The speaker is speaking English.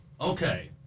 Okay